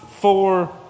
four